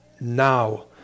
Now